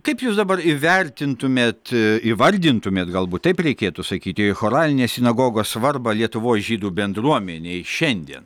kaip jūs dabar įvertintumėt įvardintumėt galbūt taip reikėtų sakyti choralinės sinagogos svarbą lietuvos žydų bendruomenei šiandien